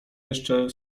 jeszcze